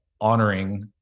honoring